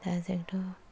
दा जोंथ'